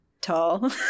tall